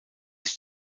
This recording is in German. sich